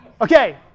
Okay